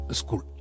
school